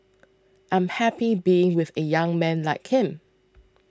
I'm happy being with a young man like him